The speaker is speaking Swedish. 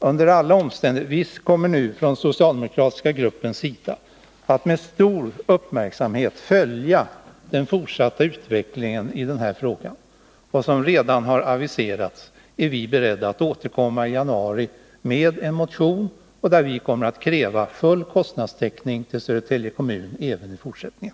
Under alla omständigheter kommer vi nu från den socialdemokratiska gruppens sida att med stor uppmärksamhet följa den fortsatta utvecklingen i den här frågan. Som redan har aviserats är vi beredda att återkomma i januari med en motion, där vi kommer att kräva full kostnadstäckning till Södertälje kommun även i fortsättningen.